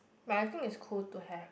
but I think it's cool to have